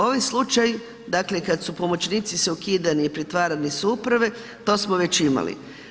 Ovo je slučaj dakle kad su pomoćnici se ukidani i pretvarani su u uprave, to smo već imali.